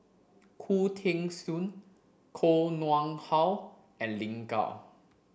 Khoo Teng Soon Koh Nguang How and Lin Gao